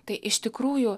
tai iš tikrųjų